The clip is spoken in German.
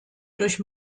durch